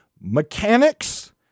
mechanics